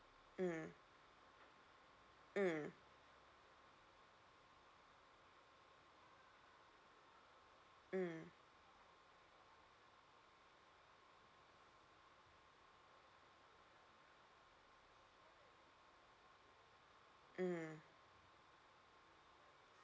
mm mm mm mm